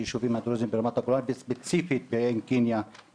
הבסיס לזה שיהיה לנו טוב יותר במדינה הזאת זה החיים המשותפים,